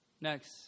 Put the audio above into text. Next